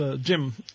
Jim